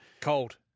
Cold